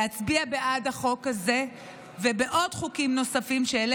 להצביע בעד החוק הזה ובעד חוקים נוספים שאעלה